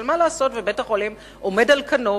אבל מה לעשות ובית-החולים עומד על כנו,